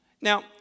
Now